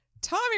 Tommy